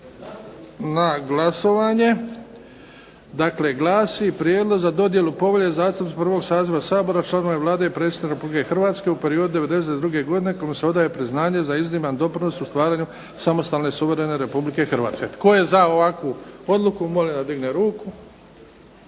na glasovanje. Dakle, glasi: Prijedlog za dodjelu povelje zastupnicima prvog saziva Sabora, članovima Vlade i Predsjedniku Republike Hrvatske u periodu od '92. godine kojim se odaje priznanje za izniman doprinos u stvaranju samostalne, suverene Republike Hrvatske. Tko je za ovakvu odluku molim da digne ruku?